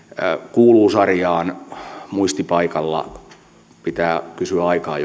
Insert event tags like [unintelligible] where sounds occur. kuuluu sarjaan muistipaikalla pitää kysyä aikaa [unintelligible]